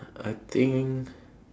I think